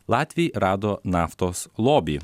latviai rado naftos lobį